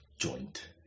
joint